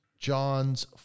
John's